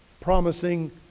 promising